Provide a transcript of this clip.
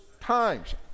times